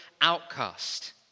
outcast